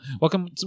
Welcome